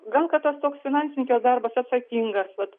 gal kad tas toks finansininkės darbas atsakingas vat